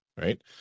right